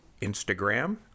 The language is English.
Instagram